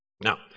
Now